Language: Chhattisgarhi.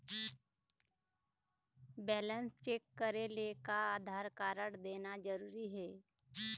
बैलेंस चेक करेले का आधार कारड देना जरूरी हे?